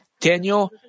Daniel